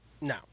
no